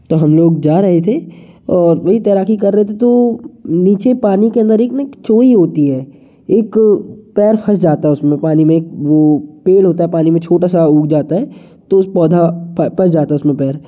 तो हम लोग जा रहे थे वही तैराकी कर रहे थे तो नीचे पानी के अंदर एक ना चोंई होती है एक पैर फंस जाता है उसमें पानी में एक वो पेड़ होता है पानी में छोटा सा उग जाता है तो उस पौधा फंस जाता है उसमें पैर